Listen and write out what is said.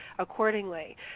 Accordingly